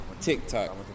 TikTok